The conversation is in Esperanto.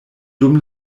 dum